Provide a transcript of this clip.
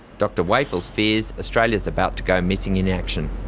dr wijffels fears australia is about to go missing in action.